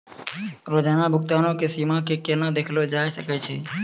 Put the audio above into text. रोजाना भुगतानो के सीमा के केना देखलो जाय सकै छै?